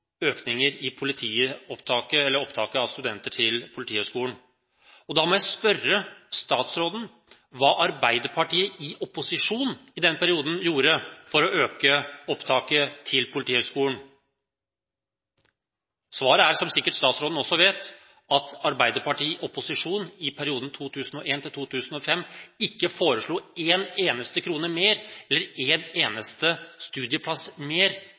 opptaket av studenter til Politihøgskolen. Da må jeg spørre statsråden: Hva gjorde Arbeiderpartiet i opposisjon i den perioden for å øke opptaket til Politihøgskolen? Svaret er, som sikkert statsråden også vet, at Arbeiderpartiet i opposisjon i perioden 2001–2005 ikke foreslo en eneste krone mer, eller en eneste studieplass mer,